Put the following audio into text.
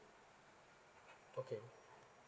okay